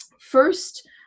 first